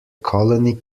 colony